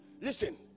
listen